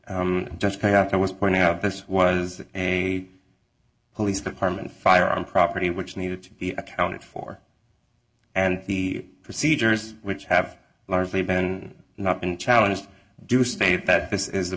i just passed i was pointing out this was a police department fire on property which needed to be accounted for and the procedures which have largely been not been challenged due state that this is the